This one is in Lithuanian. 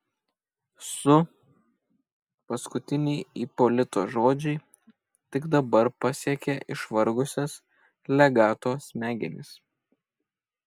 su paskutiniai ipolito žodžiai tik dabar pasiekė išvargusias legato smegenis